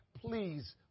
please